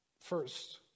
first